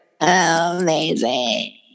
Amazing